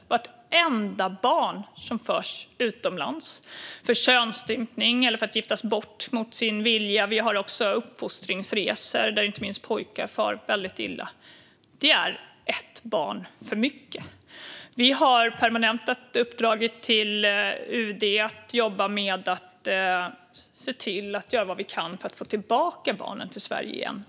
Vartenda barn som förs utomlands för könsstympning eller för att giftas bort mot sin vilja - det finns också uppfostringsresor där inte minst pojkar far väldigt illa - är ett barn för mycket. Vi har permanentat uppdraget till UD att jobba med att göra vad man kan för att få tillbaka barnen till Sverige igen.